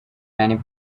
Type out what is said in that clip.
many